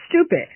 stupid